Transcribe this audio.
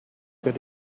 could